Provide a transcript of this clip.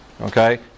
Okay